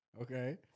Okay